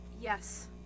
Yes